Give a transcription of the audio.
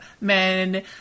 men